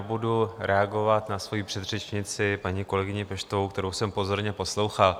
Budu reagovat na svoji předřečnici, paní kolegyni Peštovou, kterou jsem pozorně poslouchal.